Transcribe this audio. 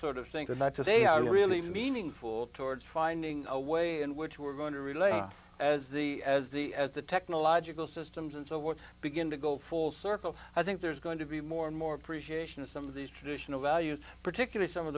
sort of thing to not to say i really meaningful towards finding a way in which we're going to relate as the as the as the technological systems and so what begin to go full circle i think there's going to be more and more appreciation of some of these traditional values particular some of